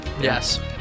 yes